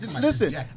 listen